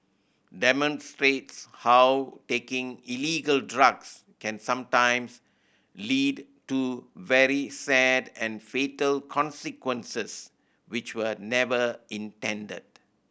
demonstrates how taking illegal drugs can sometimes lead to very sad and fatal consequences which were never intended